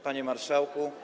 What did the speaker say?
Panie Marszałku!